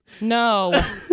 No